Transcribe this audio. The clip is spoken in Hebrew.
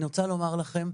אני רוצה לומר לכם: